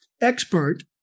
Expert